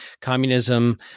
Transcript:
communism